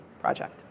project